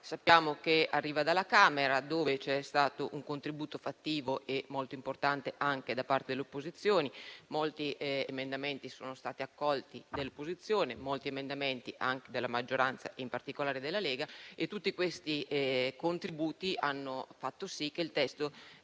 Sappiamo che arriva dalla Camera, dove c'è stato un contributo fattivo e molto importante anche da parte delle opposizioni. Molti emendamenti delle opposizioni sono stati accolti e anche molti emendamenti della maggioranza, in particolare della Lega. Tutti questi contributi hanno fatto sì che il testo